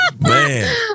Man